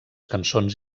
cançons